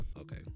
Okay